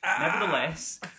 Nevertheless